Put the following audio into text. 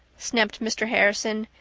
snapped mr. harrison,